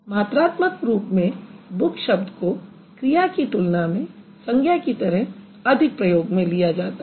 मात्रात्मक रूप में बुक शब्द को क्रिया की तुलना में संज्ञा की तरह अधिक प्रयोग में लिया जाता है